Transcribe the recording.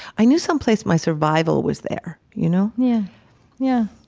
i knew someplace my survival was there you know yeah, yeah.